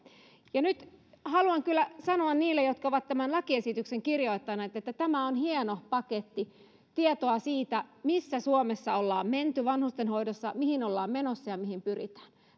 nyt haluan kyllä sanoa niille jotka ovat tämän lakiesityksen kirjoittaneet että tämä on hieno paketti tietoa siitä missä suomessa ollaan menty vanhustenhoidossa mihin ollaan menossa ja mihin pyritään